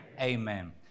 amen